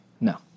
No